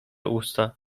usta